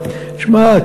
תשמע,